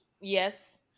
Yes